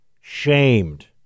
shamed